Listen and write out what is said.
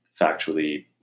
factually